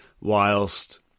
Whilst